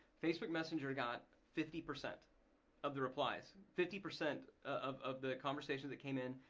facebook messenger got fifty percent of the replies. fifty percent of of the conversations that came in,